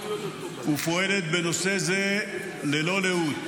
ופועלת בנושא זה ללא לאות.